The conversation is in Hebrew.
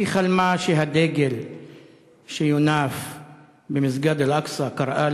היא חלמה שהדגל שיונף במסגד אל-אקצא, קראה